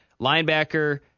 linebacker